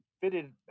fitted